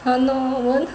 !hannor!